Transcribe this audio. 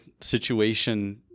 situation